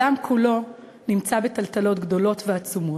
העולם כולו נמצא בטלטלות גדולות ועצומות,